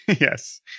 Yes